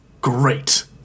great